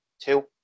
two